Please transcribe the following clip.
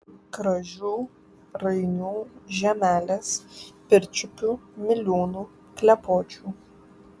kražių rainių žemelės pirčiupių miliūnų klepočių